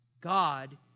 God